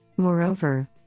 Moreover